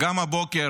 גם הבוקר